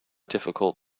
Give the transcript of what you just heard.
difficult